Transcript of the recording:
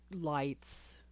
lights